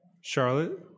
Charlotte